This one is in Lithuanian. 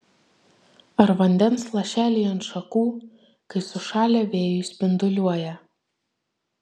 ar vandens lašeliai ant šakų kai sušalę vėjuj spinduliuoja